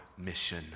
mission